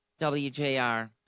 WJR